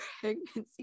pregnancy